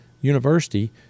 University